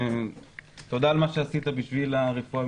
תודה על מה שעשית בשביל הרפואה,